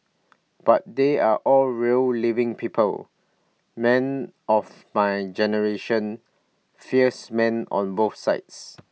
but they are all real living people men of my generation fierce men on both sides